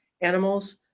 Animals